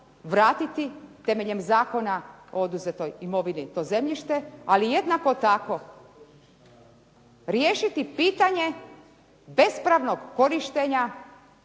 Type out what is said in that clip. vratiti temeljem zakona o oduzetoj imovini to zemljište, ali jednako tako riješiti pitanje bespravnog korištenja